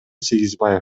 сегизбаев